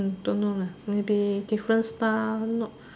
uh don't know lah maybe different style not